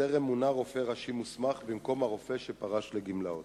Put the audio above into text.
וטרם מונה רופא ראשי מוסמך במקום הרופא שפרש לגמלאות.